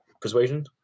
persuasion